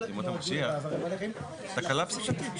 תוכנית השינוי אמורה להשפיע על מצבם של שטחים פתוחים,